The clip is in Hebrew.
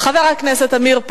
חבר הכנסת חיים אורון,